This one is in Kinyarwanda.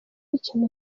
ikintu